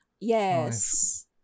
yes